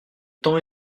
temps